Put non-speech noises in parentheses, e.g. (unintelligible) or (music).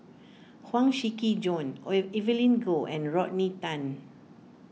Huang Shiqi Joan (unintelligible) Evelyn Goh and Rodney Tan